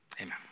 Amen